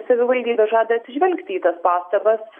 savivaldybė žada atsižvelgti į tas pastabas